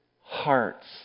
hearts